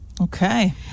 Okay